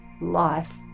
life